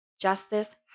Justice